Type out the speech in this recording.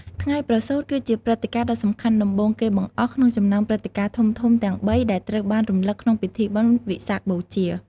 ថ្ងៃប្រសូត គឺជាព្រឹត្តិការណ៍ដ៏សំខាន់ដំបូងគេបង្អស់ក្នុងចំណោមព្រឹត្តិការណ៍ធំៗទាំងបីដែលត្រូវបានរំលឹកក្នុងពិធីបុណ្យវិសាខបូជា។